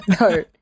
No